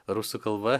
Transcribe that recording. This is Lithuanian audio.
rusų kalba